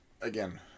again